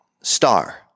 Star